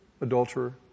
adulterer